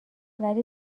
ولی